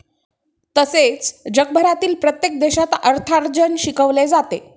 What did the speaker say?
तसेच जगभरातील प्रत्येक देशात अर्थार्जन शिकवले जाते